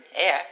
air